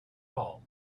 all